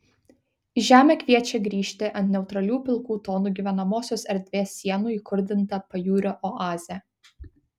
į žemę kviečia grįžti ant neutralių pilkų tonų gyvenamosios erdvės sienų įkurdinta pajūrio oazė